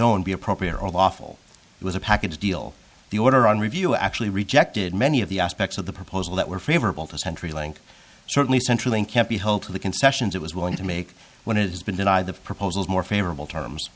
own be appropriate or lawful it was a package deal the order on review actually rejected many of the aspects of the proposal that were favorable to centrelink certainly centrelink can't be held to the concessions it was willing to make when it has been denied the proposals more favorable terms